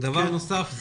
דבר נוסף.